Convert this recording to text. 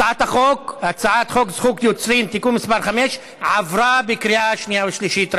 הצעת חוק זכות יוצרים (תיקון מס' 5) עברה בקריאה שנייה ושלישית.